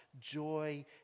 joy